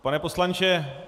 Pane poslanče...